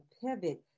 pivot